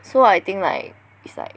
so I think like it's like